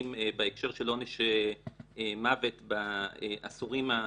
בהקשר של עונש מוות בעשורים האחרונים.